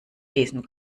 lesen